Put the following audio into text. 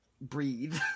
breathe